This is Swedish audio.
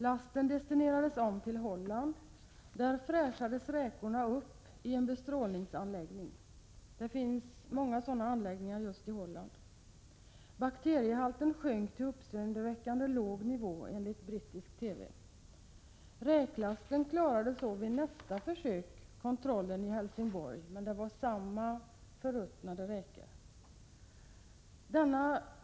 Lasten destinerades om till Holland, där räkorna ”fräschades” upp i en bestrålningsanläggning. Det finns många sådana anläggningar just i Holland. Bakteriehalten sjönk enligt brittisk TV till en uppseendeväckande låg nivå. Räklasten klarade vid nästa försök kontrollen i Helsingborg, men det var samma förruttnade räkor.